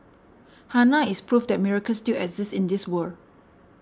Hannah is proof that miracles still exist in this world